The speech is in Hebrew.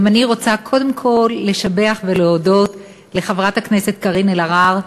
גם אני רוצה קודם כול לשבח את חברת הכנסת קארין אלהרר,